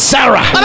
Sarah